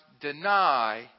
deny